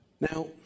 Now